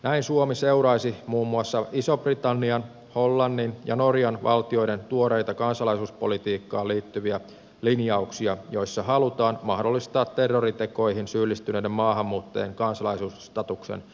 näin suomi seuraisi muun muassa ison britannian hollannin ja norjan valtioiden tuoreita kansalaisuuspolitiikkaan liittyviä linjauksia joissa halutaan mahdollistaa terroritekoihin syyllistyneiden maahanmuuttajien kansalaisuusstatuksen pois ottaminen